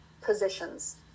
positions